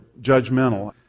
judgmental